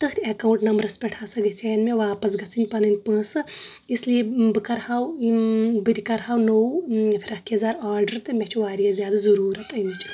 تٔتھۍ account numbers پٮ۪ٹھ ہسا گژھن واپس گژٔھنۍ پنٔنۍ پونٛسہٕ اس لیے بہٕ تہِ کرٕ ہو نوٚو فِراک یزار آرڈر تہٕ مےٚ چھ واریاہ زیادٕ ضروٗرت أمِچ